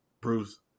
Bruce